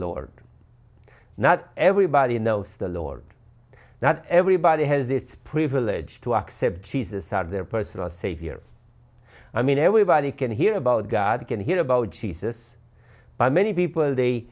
lord not everybody knows the lord that everybody has this privilege to accept jesus are their personal savior i mean everybody can hear about god can hear about jesus by many people they